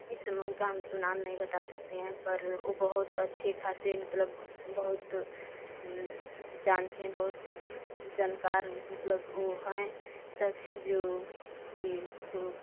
इस नून का हम तो नाम तो नहीं बता सकते हैं पर वो बहुत अच्छे खासे मतलब बहुत अम्ह जानते बहुत जानकार मतलब वो हैं शख़्स जो कि उनको